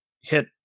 hit